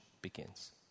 begins